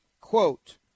quote